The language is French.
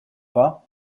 pas